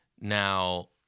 Now